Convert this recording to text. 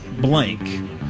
blank